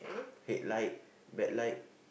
headlight backlight